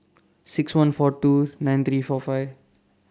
six one four two nine three four five